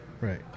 Right